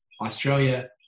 Australia